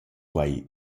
quai